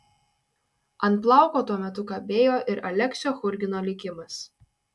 ant plauko tuo metu kabėjo ir aleksio churgino likimas